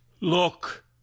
Look